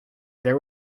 there